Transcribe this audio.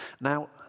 Now